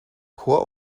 chor